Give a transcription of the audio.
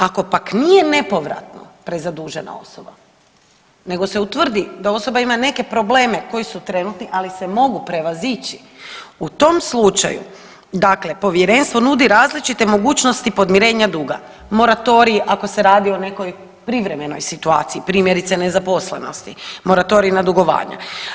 Ako pak nije nepovratno prezadužena osoba nego se utvrdi da osoba ima neke probleme koji su trenutni, ali se mogu prevazići u tom slučaju, dakle povjerenstvo nudi različite mogućnosti podmirenja duga moratorij ako se radi o nekoj privremenoj situaciji primjerice nezaposlenosti, moratorij na dugovanja.